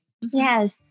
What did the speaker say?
yes